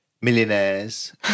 millionaires